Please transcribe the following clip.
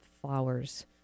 flowers